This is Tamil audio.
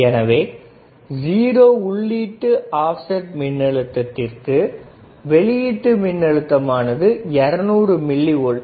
எனவே 0 உள்ளீட்டு ஆப்செட் மின் அழுத்தத்திற்கு வெளியீட்டு மின்னழுத்தம் ஆனது 200mV